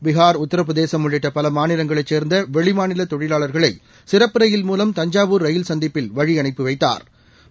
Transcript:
பீகார் உத்தரப்பிரதேசம் உள்ளிட்ட பல மாநிலங்களை சேர்ந்த வெளிமாநில தொழிலாளர்களை சிறப்பு ரயில் மூலம் தஞ்சாவூர் ரயில் சந்திப்பில் வழியனுப்பி வைத்தாா்